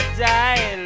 die